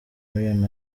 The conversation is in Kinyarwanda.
meriam